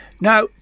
Now